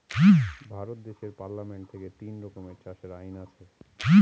ভারত দেশের পার্লামেন্ট থেকে তিন রকমের চাষের আইন আছে